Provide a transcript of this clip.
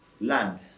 land